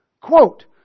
Quote